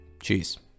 Cheers